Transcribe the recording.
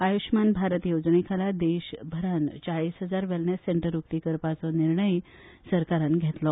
आयुषमान भारत येवजणेखाला देश भरान चाळीस हजार वेलनेस सेंटर उक्ती करपाचो निर्णय्य सरकारान घेतला